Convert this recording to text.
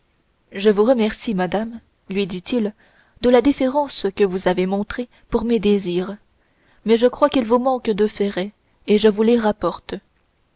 je vous remercie madame lui dit-il de la déférence que vous avez montrée pour mes désirs mais je crois qu'il vous manque deux ferrets et je vous les rapporte